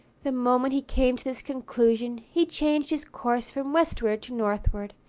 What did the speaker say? the moment he came to this conclusion, he changed his course from westward to northward,